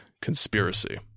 Conspiracy